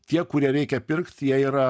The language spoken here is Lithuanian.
tie kurie reikia pirkt jie yra